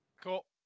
Cool